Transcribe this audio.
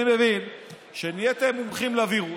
אני מבין שנהייתם מומחים לווירוס,